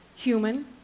human